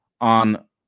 on